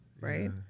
right